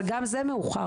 אבל גם זה מאוחר.